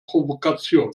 provokation